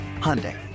Hyundai